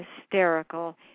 hysterical